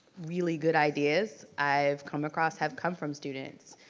really good ideas i've come across have come from students.